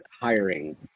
hiring